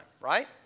right